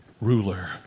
ruler